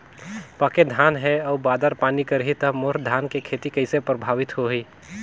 पके धान हे अउ बादर पानी करही त मोर धान के खेती कइसे प्रभावित होही?